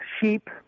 sheep